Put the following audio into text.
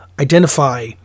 identify